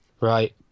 Right